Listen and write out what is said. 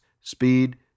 speed